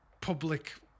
public